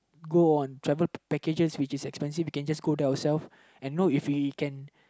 go on travel packages which is expensive we can just go to ourselves and know if we can